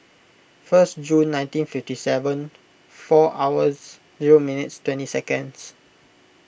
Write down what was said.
first June nineteen fifty seven four hours zero minutes twenty seconds